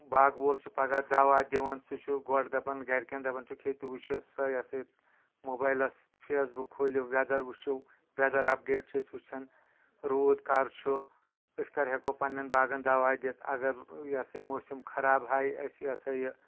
باغہٕ وول چھُ پَگاہ دوا دِوان سُہ چھُ گۄڈٕ دَپان گَرِکٮ۪ن دَپان چھُکھ ہے تُہۍ وٕچھِو سا یہِ ہسا یہِ موبایلَس فیس بُک کھوٗلِو وٮ۪دَر وٕچھِو وٮ۪دَر اَپڈیٹ چھِ أسۍ وٕچھان روٗد کَر چھُ أسۍ کَر ہٮ۪کو پنٛنٮ۪ن باغَن دوا دِتھ اَگر یہِ ہسا موسِم خراب ہایہِ أسۍ یہِ ہسا یہِ